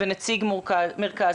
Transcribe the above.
ונציג מרכז.